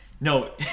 No